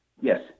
Yes